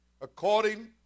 according